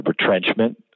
Retrenchment